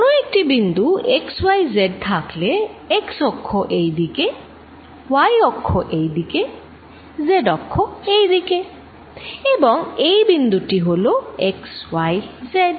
কোনো একটি বিন্দু x y z থাকলে x অক্ষ এই দিকে y অক্ষ এই দিকে z অক্ষ এই দিকে এবং এই বিন্দুটি হলো x y z